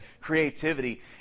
creativity